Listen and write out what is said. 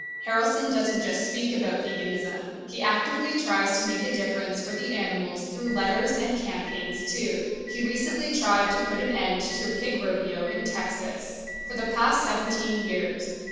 harrelson doesn't just speak about veganism, he actively tries to make a difference for the animals through letters and campaigns, too. he recently tried to put an end to a pig rodeo in texas. for the past seventeen years,